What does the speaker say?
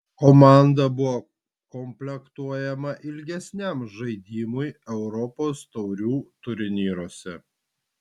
komanda buvo komplektuojama ilgesniam žaidimui europos taurių turnyruose